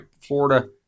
Florida